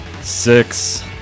Six